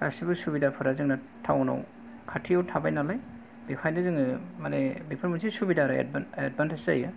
गासैबो सुबिदाफोरा जोंना टाउनाव खाथियाव थाबायनालाय बेखायनो जोङो माने बेफोर मोनसे सुबिदा आरो एदभान्टेज जायो